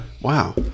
Wow